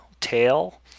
Tail